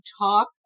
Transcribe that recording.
talk